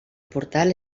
portal